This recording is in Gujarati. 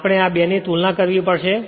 પરંતુ આપણે આ બે ની તુલના કરવી પડશે